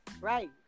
Right